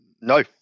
No